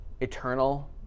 eternal